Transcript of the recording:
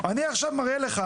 אז בוא, בוא נראה.